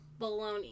Baloney